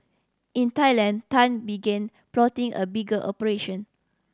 in Thailand Tan begin plotting a bigger operation